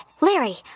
Larry